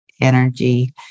energy